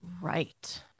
Right